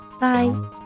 Bye